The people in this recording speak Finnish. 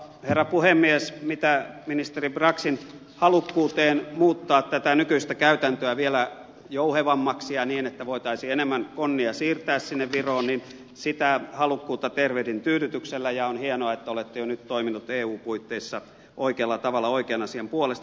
mitä tulee ministeri braxin halukkuuteen muuttaa tätä nykyistä käytäntöä vielä jouhevammaksi ja niin että voitaisiin enemmän konnia siirtää sinne viroon niin sitä halukkuutta tervehdin tyydytyksellä ja on hienoa että olette jo nyt toiminut eun puitteissa oikealla tavalla oikean asian puolesta